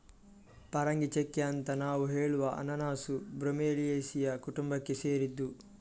ಪರಂಗಿಚೆಕ್ಕೆ ಅಂತ ನಾವು ಹೇಳುವ ಅನನಾಸು ಬ್ರೋಮೆಲಿಯೇಸಿಯ ಕುಟುಂಬಕ್ಕೆ ಸೇರಿದ್ದು